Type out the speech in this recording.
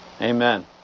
Amen